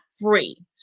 free